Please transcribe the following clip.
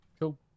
Cool